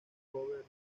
cover